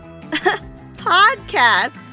Podcasts